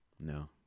No